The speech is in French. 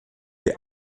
est